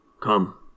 Come